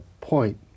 point